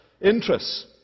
interests